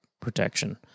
protection